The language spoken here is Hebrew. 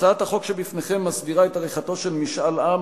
הצעת החוק שבפניכם מסדירה את עריכתו של משאל עם,